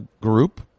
group